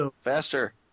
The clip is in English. Faster